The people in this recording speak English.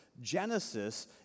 Genesis